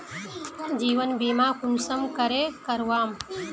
जीवन बीमा कुंसम करे करवाम?